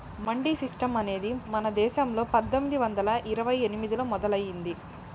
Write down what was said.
mandi system అనేది మన దేశంలో పందొమ్మిది వందల ఇరవై ఎనిమిదిలో మొదలయ్యింది